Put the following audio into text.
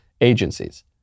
agencies